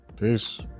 Peace